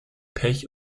pech